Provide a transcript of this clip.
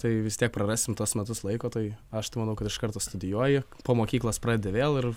tai vis tiek prarasim tuos metus laiko tai aš tai manau kad iš karto studijuoji po mokyklos pradedi vėl ir